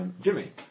Jimmy